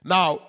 Now